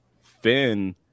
Finn